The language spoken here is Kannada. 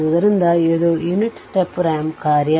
ಆದ್ದರಿಂದ ಇದು ಯುನಿಟ್ step ರಾಂಪ್ ಕಾರ್ಯ